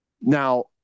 Now